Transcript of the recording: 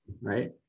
right